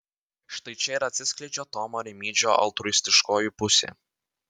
štai čia ir atsiskleidžia tomo rimydžio altruistiškoji pusė